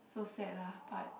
so sad lah but